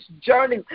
journey